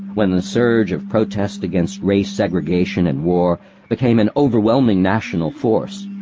when the surge of protest against race segregation and war became an overwhelming national force.